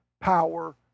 power